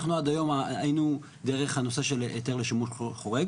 אנחנו עד היום היינו דרך הנושא של היתר לשימוש חורג.